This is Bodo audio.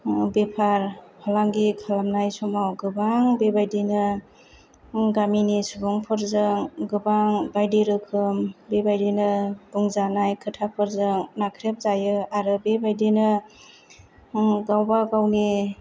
बेफार फालांगि खालामनाय समाव गोबां बेबायदिनो गामिनि सुबुंफोरजों गोबां बायदि रोखोम बेबायदिनो बुंजानाय खोथाफोरजों नाख्रेबजायो आरो बेबायदिनो गावबा गावनि